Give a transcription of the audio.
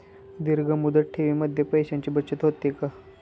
दीर्घ मुदत ठेवीमध्ये पैशांची बचत होते का?